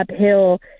uphill